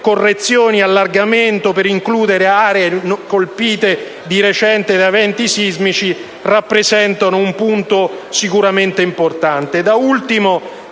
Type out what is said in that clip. correzioni e allargamenti per includere le aree colpite di recente da eventi sismici, rappresentino un punto sicuramente importante. Da ultimo,